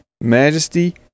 majesty